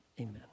amen